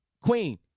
Queen